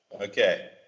Okay